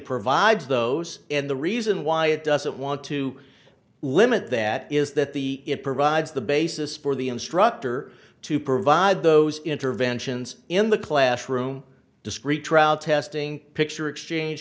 provides those and the reason why it doesn't want to limit that is that the it provides the basis for the instructor to provide those interventions in the classroom discrete trial testing picture exchange